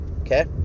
okay